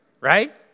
Right